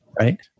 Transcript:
right